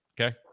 Okay